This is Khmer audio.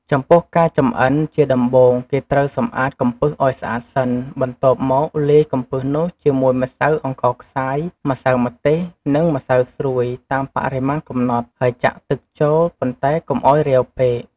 ចំពោះការចម្អិន ជាដំបូង គេត្រូវសម្អាតកំពឹសឱ្យស្អាតសិន បន្ទាប់មកលាយកំពឹសនោះជាមួយម្សៅអង្ករខ្សាយ ម្សៅម្ទេស និងម្សៅស្រួយតាមបរិមាណកំណត់ ហើយចាក់ទឹកចូល ប៉ុន្តែកុំឱ្យរាវពេក។